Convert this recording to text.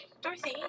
Dorothy